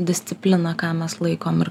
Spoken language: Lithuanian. disciplina ką mes laikom ir